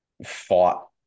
fought